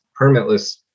permitless